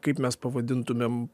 kaip mes pavadintumėm